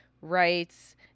rights